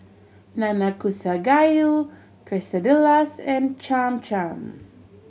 Nanakusa Gayu Quesadillas and Cham Cham